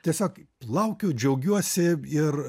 tiesiog laukiu džiaugiuosi ir